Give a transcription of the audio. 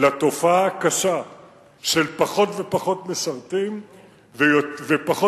לתופעה הקשה של פחות ופחות משרתים ופחות